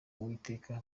uwiteka